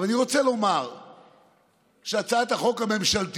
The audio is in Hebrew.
אבל אני רוצה לומר שהצעת החוק הממשלתית